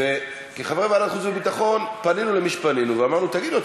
כחברי ועדת חוץ וביטחון פנינו אל מי שפנינו ואמרנו: תגידו,